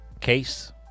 case